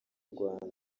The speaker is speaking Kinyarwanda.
rwanda